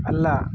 ಅಲ್ಲ